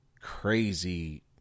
crazy